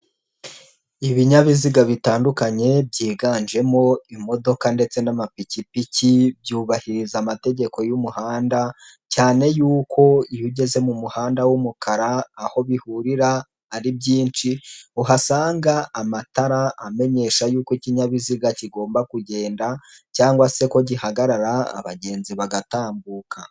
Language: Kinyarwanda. Ibinyabiziga bitandukanye, byiganjemo imodoka ndetse n'amapikipiki byubahiriza amategeko y'umuhanda cyane yuko iyo ugeze mu muhanda w'umukara, aho bihurira ari byinshi uhasanga amatara amenyesha yuko ikinyabiziga kigomba kugenda cyangwa se ko gihagarara, abagenzi bagatambuka.